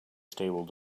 stable